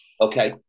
Okay